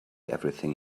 everything